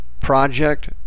project